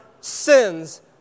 sins